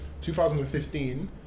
2015